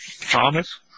Thomas